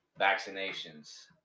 vaccinations